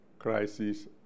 crisis